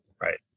right